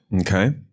Okay